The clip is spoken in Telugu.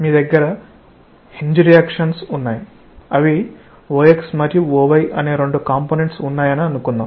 మీ దగ్గర హింజ్ రియాక్షన్స్ ఉన్నాయి అవిOx మరియు Oy అనే రెండు కాంపొనెంట్స్ ఉన్నాయని అనుకుందాం